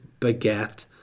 baguette